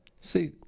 See